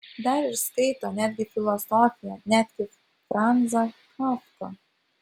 dar ir skaito netgi filosofiją netgi franzą kafką